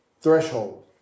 threshold